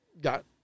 Got